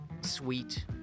sweet